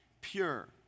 pure